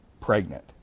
pregnant